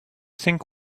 think